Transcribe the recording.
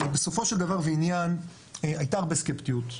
בסופו של דבר ועניין הייתה הרבה סקפטיות.